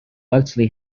actually